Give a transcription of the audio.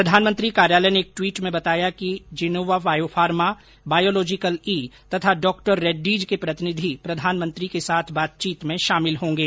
प्रधानमंत्री कार्यालय ने एक ट्वीट में बताया कि जिनोवा बायोफार्मा बायोलॉजिकल ई तथा डॉक्टर रेड्डीज के प्रतिनिधि प्रधानमंत्री के साथ बातचीत में शामिल होंगे